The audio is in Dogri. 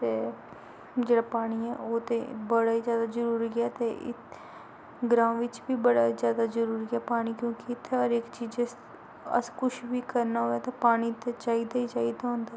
ते जेह्ड़ा पानी ऐ ओह् ते बड़ा गै जैदा जरूरी ऐ ते इत ग्रांऽ बिच्च बी बड़ा जैदा जरूरी ऐ पानी क्योंकि इत्थै हर इक चीजै आस्तै अस कुछ बी करना होऐ ते पानी ते चाहिदा गै चाहिदा होंदा ऐ